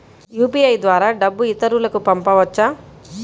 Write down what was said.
UPI ద్వారా డబ్బు ఇతరులకు పంపవచ్చ?